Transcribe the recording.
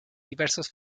diversos